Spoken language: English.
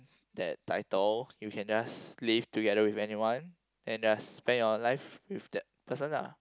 that title you can just live together with anyone then just spend your life with that person lah